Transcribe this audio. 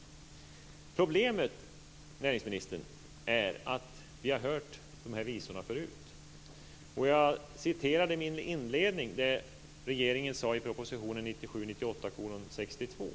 Problemet, näringsministern, är att vi har hört dessa visor förut. Jag citerade i min inledning ur regeringens proposition 1997/98:62.